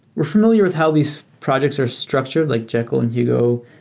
we're familiar with how these projects are structured like jekyll and hugo,